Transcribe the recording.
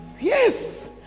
Yes